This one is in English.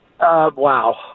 Wow